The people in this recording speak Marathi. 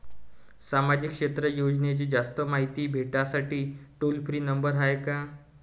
सामाजिक क्षेत्र योजनेची जास्त मायती भेटासाठी टोल फ्री नंबर हाय का?